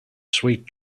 sweet